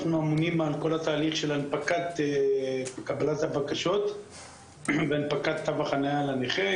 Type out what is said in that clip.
אנחנו אמונים על כל תהליך קבלת הבקשות והנפקת תו החניה לנכה,